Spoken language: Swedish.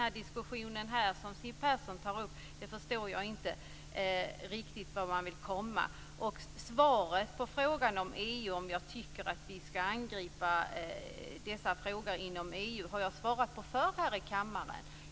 Jag förstår inte riktigt vart Siw Persson vill komma med den diskussion om buggning som hon här tar upp. Svaret på frågan om jag tycker att vi skall angripa dessa frågor inom EU har jag givit förr här i kammaren.